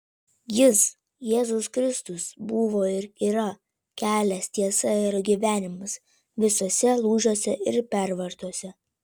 jis jėzus kristus buvo ir yra kelias tiesa ir gyvenimas visuose lūžiuose ir pervartose